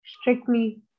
strictly